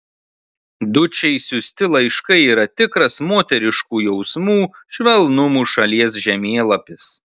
dučei siųsti laiškai yra tikras moteriškų jausmų švelnumo šalies žemėlapis